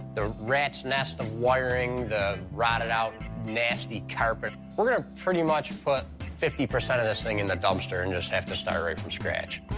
the rat's nest of wiring, the rotted out, out, nasty carpet. we're gonna pretty much put fifty percent of this thing in the dumpster and just have to start right from scratch.